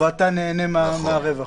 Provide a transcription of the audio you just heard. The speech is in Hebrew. ואתה נהנה מהרווח.